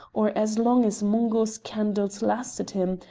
or as long as mungo's candles lasted him,